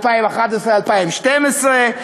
2011 2012,